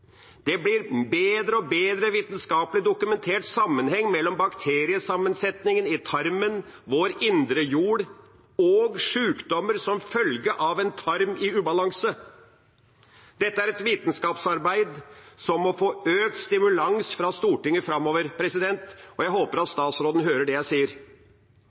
Det blir bedre og bedre vitenskapelig dokumentert sammenheng mellom bakteriesammensetningen i tarmen, vår indre jord, og sjukdommer som følge av en tarm i ubalanse. Dette er et vitenskapsarbeid som må få økt stimulans fra Stortinget framover, og jeg håper at statsråden hører det jeg sier.